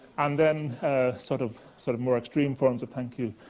and then sort of sort of more extreme forms of thank you,